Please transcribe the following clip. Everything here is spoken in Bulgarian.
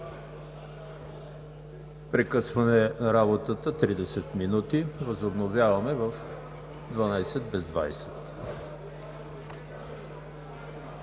Прекъсване на работата за 30 минути. Възобновяваме в 11,40 ч.